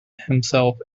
himself